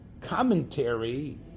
commentary